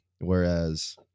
Whereas